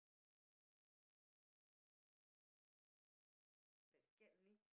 two boys on the see-saw this fella like terkejut oh like scared only